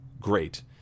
great